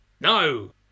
No